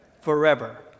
forever